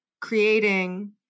creating